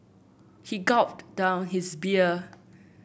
he gulped down his beer